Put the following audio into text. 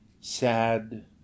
Sad